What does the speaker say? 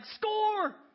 score